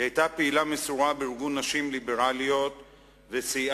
היא היתה פעילה מסורה בארגון נשים ליברליות וסייעה